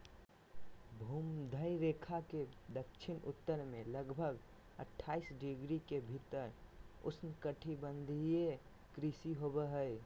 भूमध्य रेखा के दक्षिण उत्तर में लगभग अट्ठाईस डिग्री के भीतर उष्णकटिबंधीय कृषि होबो हइ